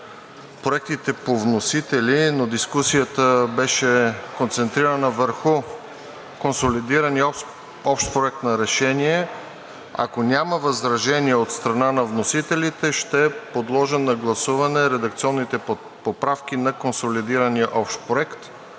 проектите по вносители, но дискусията беше концентрирана върху консолидирания общ проект на решение, ако няма възражения от страна на вносителите, ще подложа на гласуване редакционните поправки на консолидирания общ проект.